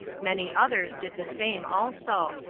many others did the same also,